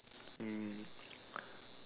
um